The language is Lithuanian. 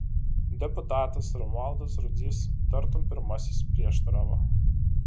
deputatas romualdas rudzys tartum pirmasis prieštaravo